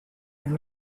had